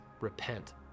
repent